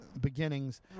beginnings